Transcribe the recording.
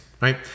right